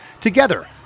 Together